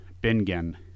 Bingen